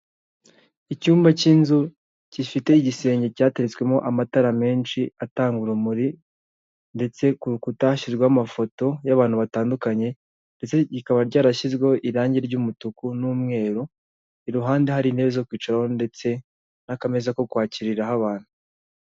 Icyumba cy'inzu gifite igisenge cyateretswemo amatara menshi atanga urumuri ndetse ku rukuta hashyizweho amafoto y'abantu batandukanye ndetse hakaba ryarashyizweho irangi ry'umutuku n'umweru, iruhande hari intebe zo kwicaro ndetse n'akameza ko kwakiriraho abantu.